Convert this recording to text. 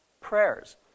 prayers